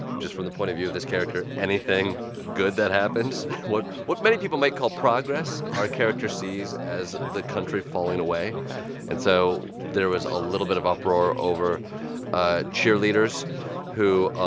just from the point of view of this character, anything good that happens what what many people might call progress, our character sees as the country falling away ok and so there was a little bit of uproar over ah cheerleaders who